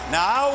now